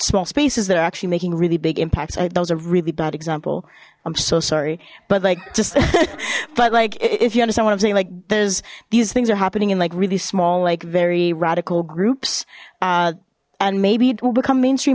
small spaces that are actually making really big impacts a really bad example i'm so sorry but like just but like if you under some what i'm saying like there's these things are happening in like really small like very radical groups and maybe it will become mainstream